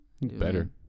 Better